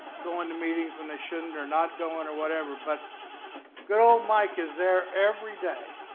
going to meetings when they shouldn't or not going or whatever, but good ole mike is there every day